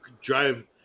drive